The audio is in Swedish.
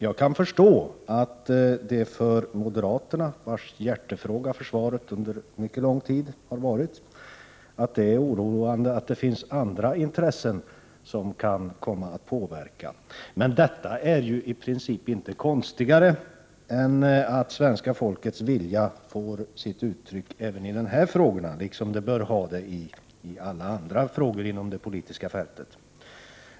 Jag kan förstå att det för moderaterna, vilkas hjärtefråga försvaret under mycket lång tid varit, är oroande att det finns andra intressen som kan komma att påverka. Men det är i princip inte konstigare att svenska folkets vilja kommer till uttryck i de frågorna än att den gör det i alla andra frågor på det politiska fältet.